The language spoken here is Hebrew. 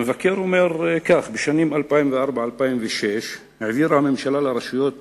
המבקר אומר כך: בשנים 2004 2006 העבירה הממשלה לרשויות